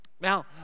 Now